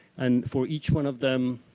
and for each one of them,